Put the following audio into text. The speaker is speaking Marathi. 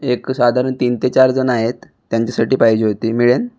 एक साधारण तीन ते चार जण आहेत त्यांच्यासाठी पाहिजे होती मिळेन